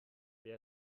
wer